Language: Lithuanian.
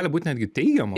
gali būt netgi teigiama